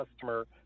customer